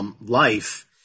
life